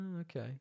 okay